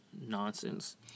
nonsense